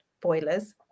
boilers